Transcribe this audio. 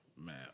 Man